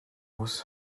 was